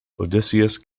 odysseus